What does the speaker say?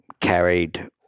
carried